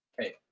Okay